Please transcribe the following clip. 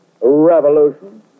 revolution